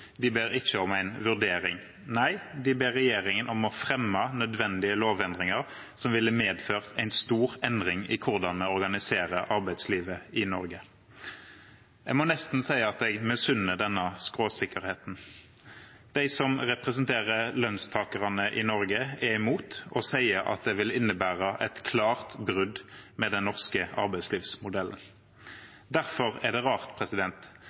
de ber ikke om en vurdering. Nei, de ber regjeringen om å fremme nødvendige lovendringer som ville medført en stor endring i hvordan vi organiserer arbeidslivet i Norge. Jeg må nesten si at jeg misunner denne skråsikkerheten. De som representerer lønnstakerne i Norge, er imot og sier at det vil innebære et klart brudd med den norske arbeidslivsmodellen. Derfor er det rart